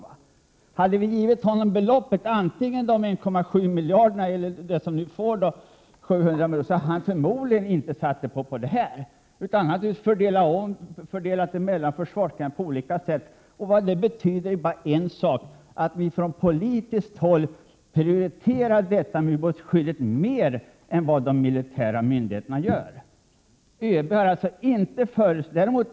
Men hade vi gett honom pengarna — 700 miljoner — för fri disposition skulle han inte ha satsat dem helt på ubåtsskydd. utan han hade säkert fördelat dem mellan försvarsgrenarna. Det visar att vi från politiskt håll prioriterar detta med ubåtsskydd mer än de militära myndigheterna gör. Det handlar alltså inte om vad ÖB helst ville satsa på.